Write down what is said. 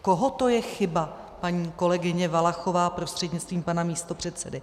Koho to je chyba, paní kolegyně Valachová prostřednictvím pana místopředsedy?